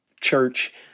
church